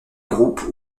groupes